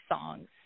songs